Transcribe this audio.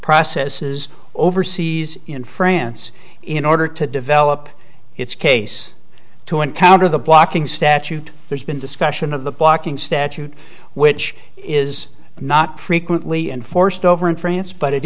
processes overseas in france in order to develop its case to encounter the blocking statute there's been discussion of the blocking statute which is not frequently enforced over in france but it